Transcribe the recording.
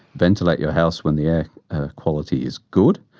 ventilate your house when the air quality is good.